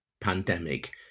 pandemic